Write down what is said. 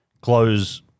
close